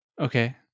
Okay